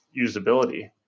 usability